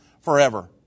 forever